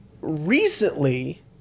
recently